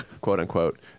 quote-unquote